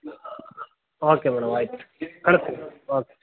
okay madam ಆಯ್ತು ಕಳಿಸ್ತೀನಿ okay